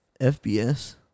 FBS